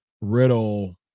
Riddle